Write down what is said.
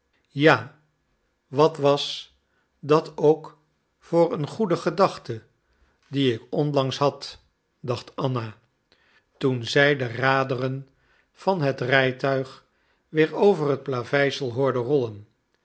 ja wat was dat ook voor een goede gedachte die ik onlangs had dacht anna toen zij de raderen van het rijtuig weer over het plaveisel hoorde rollen